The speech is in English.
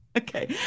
Okay